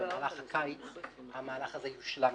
במהלך הקיץ זה יושלם.